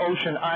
Ocean